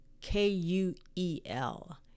K-U-E-L